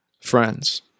friends